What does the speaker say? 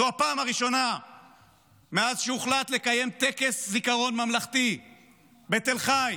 זו הפעם הראשונה מאז שהוחלט לקיים טקס זיכרון ממלכתי בתל חי